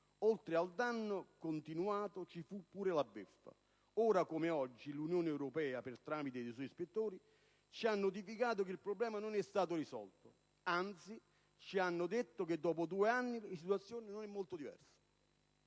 Oltre al danno continuato, ci fu pure la beffa perché allora, come oggi, l'Unione europea, per tramite dei suoi ispettori, ci ha notificato che il problema non è stato risolto; anzi, ci hanno detto che dopo due anni la situazione non è molto diversa.